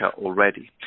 already